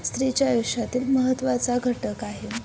स्त्रीच्या आयुष्यातील महत्त्वाचा घटक आहे